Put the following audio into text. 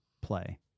play